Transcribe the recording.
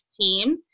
team